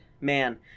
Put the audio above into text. man